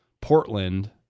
Portland